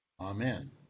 Amen